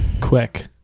Quick